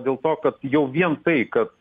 dėl to kad jau vien tai kad